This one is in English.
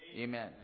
Amen